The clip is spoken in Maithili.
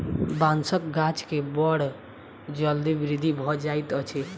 बांसक गाछ के बड़ जल्दी वृद्धि भ जाइत अछि